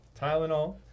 Tylenol